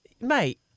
mate